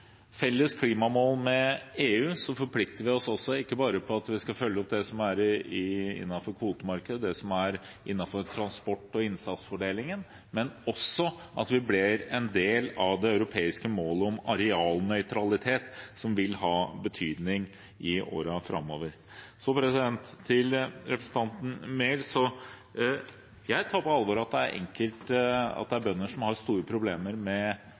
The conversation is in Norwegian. oss ikke bare til å følge opp det som ligger innenfor kvotemarkedet, transport og innsatsfordelingen, men også til å bli en del av det europeiske målet om arealnøytralitet, som vil ha betydning i årene framover. Til representanten Enger Mehl: Jeg tar på alvor at det er bønder som har store problemer med rovdyr, og at det er store tap noen steder. Nettopp derfor har